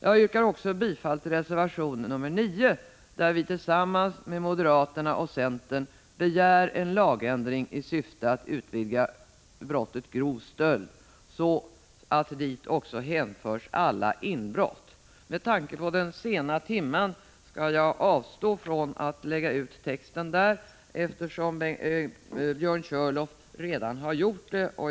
Jag yrkar också bifall till reservation nr 9, där vi tillsammans med moderaterna och centern begär en lagändring i syfte att utvidga brottsrubriceringen ”grov stöld” så att dit också hänförs alla inbrott. Med tanke på den sena timmen skall jag avstå från att lägga ut texten om detta eftersom Björn Körlöf redan har gjort det.